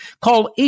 Call